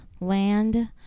land